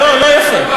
זה לא יפה.